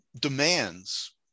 demands